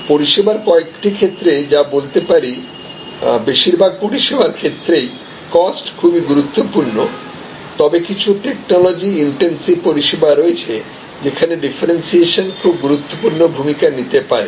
পরিষেবার কয়েকটি ক্ষেত্রে বা বলতে পারি বেশিরভাগ পরিষেবার ক্ষেত্রেই কস্ট খুবই গুরুত্বপূর্ণ তবে কিছু টেকনোলজি ইন্সেন্টিভ পরিষেবা রয়েছে যেখানে ডিফারেন্সিয়েশন খুব গুরুত্বপূর্ণ ভূমিকা নিতে পারে